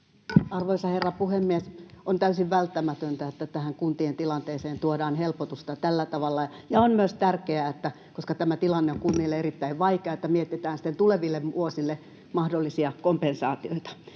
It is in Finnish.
Arvoisa herra puhemies! On täysin välttämätöntä, että tähän kuntien tilanteeseen tuodaan helpotusta tällä tavalla. On myös tärkeää, että koska tämä tilanne on kunnille erittäin vaikea, mietitään sitten tuleville vuosille mahdollisia kompensaatioita.